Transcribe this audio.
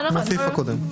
כמו בסעיף הקודם.